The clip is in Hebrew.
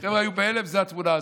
הם היו בהלם, וזאת התמונה הזאת.